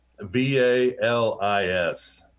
V-A-L-I-S